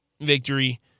victory